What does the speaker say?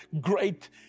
great